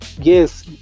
yes